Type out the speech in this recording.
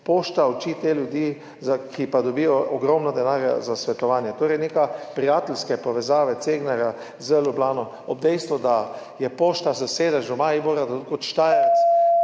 Pošta uči te ljudi, ki dobijo ogromno denarja za svetovanje. Torej, neke prijateljske povezave Cegnarja z Ljubljano, ob dejstvu, da ima Pošta sedež v Mariboru. Kot Štajerec